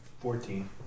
Fourteen